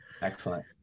Excellent